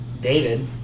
David